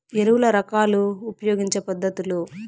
ఎరువుల రకాలు ఉపయోగించే పద్ధతులు?